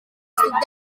estuc